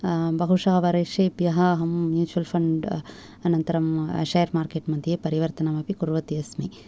बहुशः वर्षेभ्यःअहं mutual fund अनन्तरं शेयर् मार्केट् मध्ये परिवर्तनम् अपि कुर्वती अस्मि